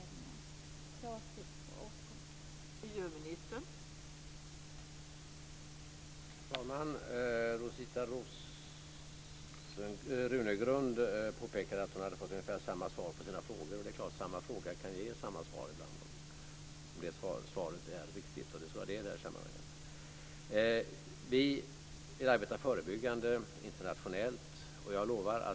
Jag avser att återkomma.